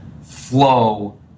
flow